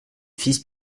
fils